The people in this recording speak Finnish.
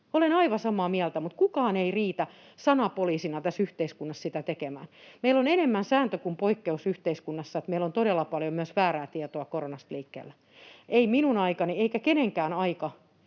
Olen aivan samaa mieltä, mutta kukaan ei riitä sanapoliisina tässä yhteiskunnassa sitä tekemään. On enemmän sääntö kuin poikkeus yhteiskunnassamme, että meillä on todella paljon myös väärää tietoa koronasta liikkeellä. Ei minun aikani eikä kenenkään aika